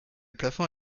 plafond